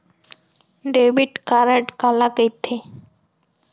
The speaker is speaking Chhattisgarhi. डेबिट कारड काला कहिथे?